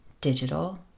digital